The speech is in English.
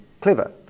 clever